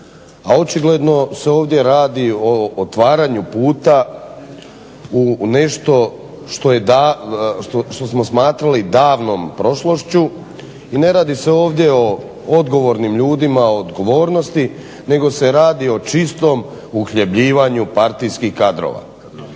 očigledno se ovdje radi o otvaranju puta u nešto što smo smatrali davnom prošlošću i ne radi se ovdje o odgovornim ljudima, o odgovornosti, nego se radi o čistom uhljebljivanju partijskih kadrova.